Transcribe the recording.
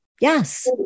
Yes